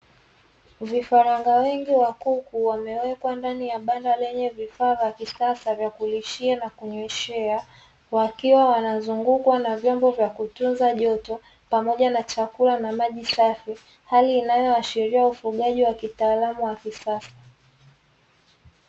Vifaranga wengi wa kuku wamewekwa ndani ya banda lenye vifaa vya kisasa vya kulishia na kunyweshea, wakiwa wanazungukwa na vyombo vya kutunza joto pamoja na chakula na maji safi. Hali inayoashiria ufugaji wa kitaalamu wa kisasa.